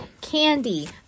candy